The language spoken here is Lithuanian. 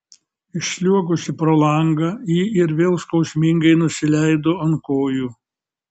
išsliuogusi pro langą ji ir vėl skausmingai nusileido ant kojų